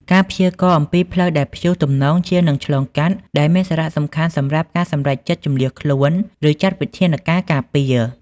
ការព្យាករណ៍អំពីផ្លូវដែលព្យុះទំនងជានឹងឆ្លងកាត់ ដែលមានសារៈសំខាន់សម្រាប់ការសម្រេចចិត្តជម្លៀសខ្លួន ឬចាត់វិធានការការពារ។